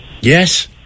yes